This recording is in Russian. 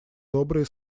добрые